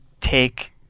take